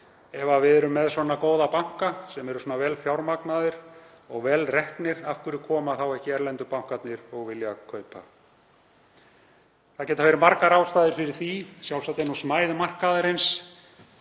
ef við erum með svona góða banka sem eru svona vel fjármagnaðir og vel reknir? Af hverju koma þá ekki erlendu bankarnir og vilja kaupa? Það geta verið margar ástæður fyrir því. Sjálfsagt er smæð markaðarins